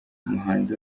umuhanzi